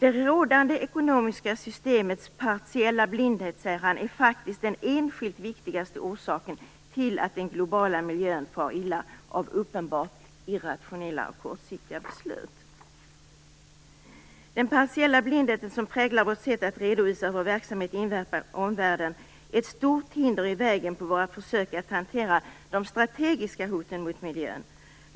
Det rådande ekonomiska systemets partiella blindhet är faktiskt den enskilt viktigaste orsaken till att den globala miljön far illa av uppenbart irrationella beslut." Han säger vidare: "Den partiella blindhet som präglar vårt sätt att redovisa hur vår verksamhet inverkar på omvärlden är även ett stort hinder i vägen för våra försök att hantera de strategiska hoten mot miljön.